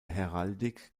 heraldik